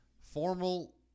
Formal